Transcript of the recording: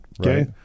Okay